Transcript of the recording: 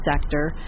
sector